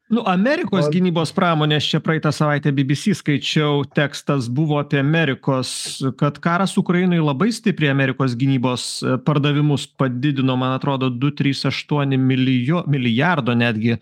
nu amerikos gynybos pramonės čia praeitą savaitę bbc skaičiau tekstas buvo apie amerikos kad karas ukrainoj labai stipriai amerikos gynybos pardavimus padidino man atrodo du trys aštuoni milijo milijardo netgi